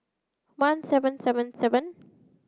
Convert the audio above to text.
one seven seven seven